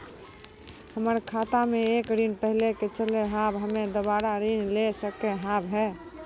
हमर खाता मे एक ऋण पहले के चले हाव हम्मे दोबारा ऋण ले सके हाव हे?